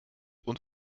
und